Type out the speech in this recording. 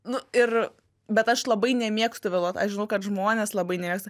nu ir bet aš labai nemėgstu vėluot aš žinau kad žmonės labai nemėgsta